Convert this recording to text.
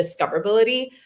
discoverability